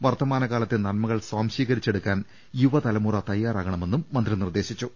വർത്തമാന കാലത്തെ നന്മകൾ സ്വാംശീ കരിച്ചെടുക്കാൻ യുവതലമുറ തയാറാകണമെന്നും മന്ത്രി നിർദേശിച്ചു